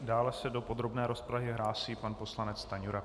Dále se do podrobné rozpravy hlásí pan poslanec Stanjura.